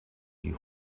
die